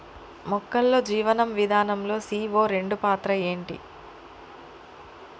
మొక్కల్లో జీవనం విధానం లో సీ.ఓ రెండు పాత్ర ఏంటి?